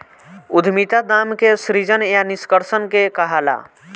उद्यमिता दाम के सृजन या निष्कर्सन के कहाला